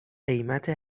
قیمت